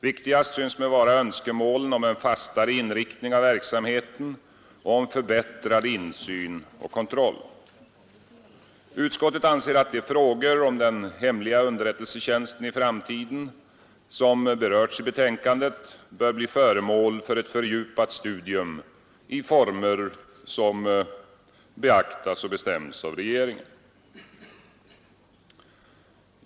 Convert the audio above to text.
Viktigast synes mig vara önskemålen om en fastare inriktning av verksamheten och om förbättrad insyn och kontroll. Utskottet anser att de frågor om den hemliga underrättelsetjänsten i framtiden som berörts i betänkandet bör bli föremål för ett fördjupat studium, i former som beaktas och bestäms av regeringen.